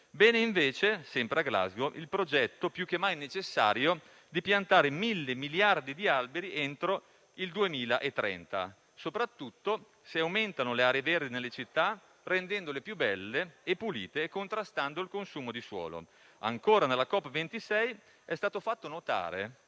invece, sempre a Glasgow, il progetto più che mai necessario di piantare 1.000 miliardi di alberi entro il 2030, soprattutto se aumentano le aree verdi nelle città rendendole più belle e pulite e contrastando il consumo di suolo. Sempre alla conferenza COP26 è stato fatto notare